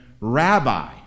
Rabbi